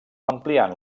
ampliant